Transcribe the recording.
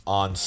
on